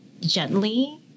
gently